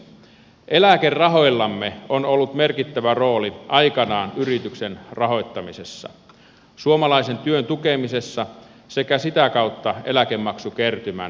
eläkerahoillamme on ollut merkittävä rooli aikanaan yritysten rahoittamisessa suomalaisen työn tukemisessa sekä sitä kautta eläkemaksukertymän aikaansaamisessa